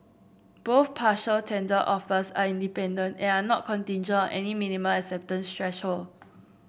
both partial tender offers are independent and are not contingent on any minimum acceptance threshold